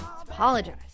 Apologize